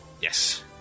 Yes